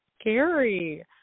scary